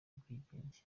ubwigenge